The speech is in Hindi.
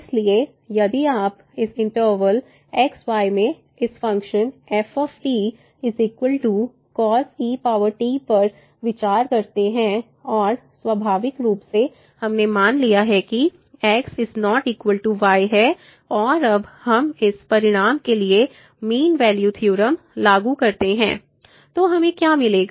इसलिए यदि आप इस इनटर्वल x y में इस फ़ंक्शन f coset पर विचार करते हैं और स्वाभाविक रूप से हमने मान लिया है कि x ≠ y और अब हम इस परिणाम के लिए मीन वैल्यू थ्योरम लागू करते हैं तो हमें क्या मिलेगा